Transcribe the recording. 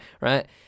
right